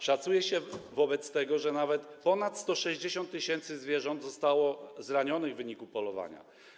Szacuje się wobec tego, że nawet ponad 160 tys. zwierząt zostało zranionych w wyniku polowania.